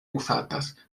uzatas